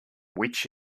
which